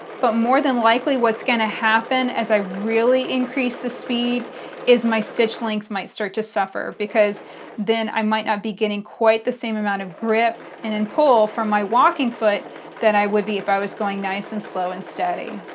but more than likely what's going to happen as i really increase the speed is my stitch length might start to suffer, because then i might not be getting quite the same amount of grip and and pull from my walking foot that i would be if i was going nice and slow and steady.